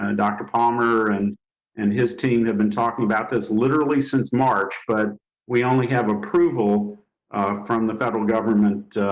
and dr. palmer and and his team have been talking about this literally since march, but we only have approval from the federal government,